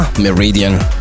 Meridian